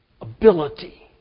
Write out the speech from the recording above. ability